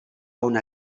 una